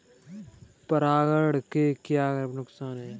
परागण से क्या क्या नुकसान हैं?